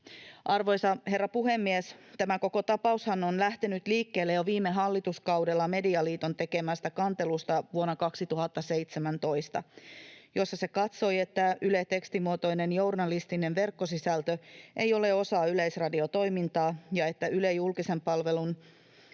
Arvoisa herra puhemies! Tämä koko tapaushan on lähtenyt liikkeelle jo viime hallituskaudella Medialiiton vuonna 2017 tekemästä kantelusta, jossa se katsoi, että Ylen tekstimuotoinen journalistinen verkkosisältö ei ole osa yleisradiotoimintaa ja että Ylen julkisen palvelun